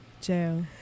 Jail